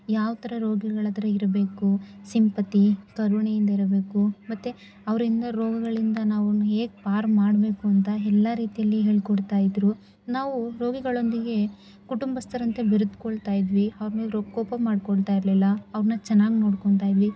ಯಾವ ಥರ ರೋಗಿಗಳತ್ತಿರ ಇರಬೇಕು ಸಿಂಪತಿ ಕರುಣೆಯಿಂದ ಇರಬೇಕು ಮತ್ತೆ ಅವರಿಂದ ರೋಗಗಳಿಂದ ನಾವು ಅವ್ರ್ನ ಹೇಗೆ ಪಾರು ಮಾಡಬೇಕು ಅಂತ ಎಲ್ಲಾ ರೀತಿಯಲ್ಲಿ ಹೇಳಿಕೊಡ್ತಾ ಇದ್ದರು ನಾವು ರೋಗಿಗಳೊಂದಿಗೆ ಕುಟುಂಬಸ್ಥರಂತೆ ಬೆರೆತುಕೊಳ್ತಾ ಇದ್ವಿ ಅವ್ರ ಮೇಲೆ ಕೋಪ ಮಾಡಿಕೊಳ್ತಾ ಇರಲಿಲ್ಲ ಅವ್ರನ್ನ ಚೆನ್ನಾಗಿ ನೋಡ್ಕೋತಾ ಇದ್ವಿ